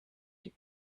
die